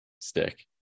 stick